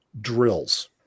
drills